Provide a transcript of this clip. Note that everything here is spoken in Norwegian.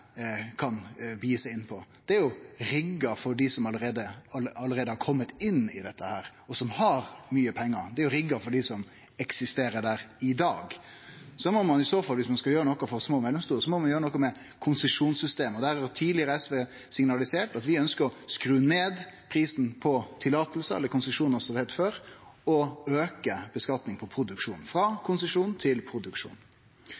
kan gi seg inn på. Det er rigga for dei som allereie har kome inn i dette og har mykje pengar, det er rigga for dei som eksisterer der i dag. Viss ein skal gjere noko for små og mellomstore, må ein gjere noko med systemet for konsesjonar. Der har SV tidlegare signalisert at vi ønskjer å skru ned prisen på løyve, eller konsesjonar som det heitte før, og auke skattlegginga på produksjon